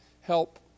help